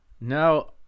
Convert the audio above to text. now